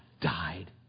died